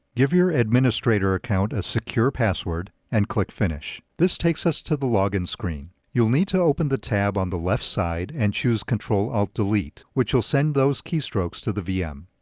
give your administrator account a secure password and click finish. this takes us to the login screen. you'll need to open the tab on the left side and choose ctrl-alt-delete, which will send those keystrokes to the vm.